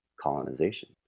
colonization